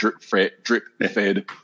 drip-fed